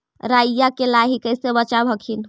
राईया के लाहि कैसे बचाब हखिन?